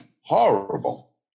horrible